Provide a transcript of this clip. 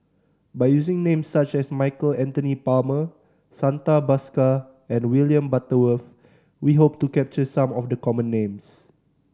by using names such as Michael Anthony Palmer Santha Bhaskar and William Butterworth we hope to capture some of the common names